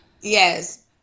Yes